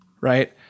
right